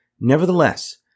Nevertheless